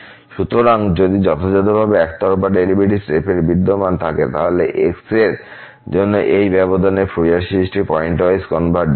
সুতরাং যদি যথাযথভাবে একতরফা ডেরিভেটিভস f এর বিদ্যমান থাকে তাহলে প্রতিটি x এর জন্য এই ব্যবধানে ফুরিয়ার সিরিজটি পয়েন্টওয়াইজ কনভারজেন্ট